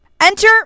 Enter